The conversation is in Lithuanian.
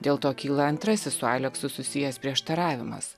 dėl to kyla antrasis su aleksu susijęs prieštaravimas